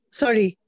sorry